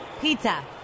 pizza